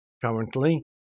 currently